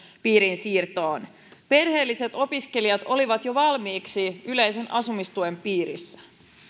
piiriin siirtoon perheelliset opiskelijat olivat jo valmiiksi yleisen asumistuen piirissä